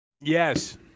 Yes